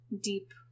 deep